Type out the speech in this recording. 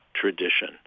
tradition